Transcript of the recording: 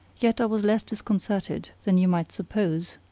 yet i was less disconcerted than you might suppose.